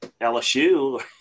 LSU